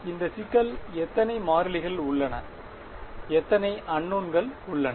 எனவே இந்த சிக்கல் எத்தனை மாறிகள் உள்ளன எத்தனை அந்நோன்கள் உள்ளன